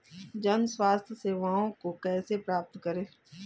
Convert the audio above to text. जन स्वास्थ्य सेवाओं को कैसे प्राप्त करें?